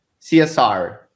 CSR